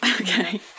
okay